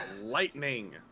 Lightning